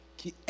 que